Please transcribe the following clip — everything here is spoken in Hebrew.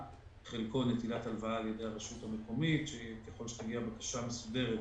חלקו נטילת הלוואה על-ידי הרשות המקומית שככל שתגיע בקשה מסודרת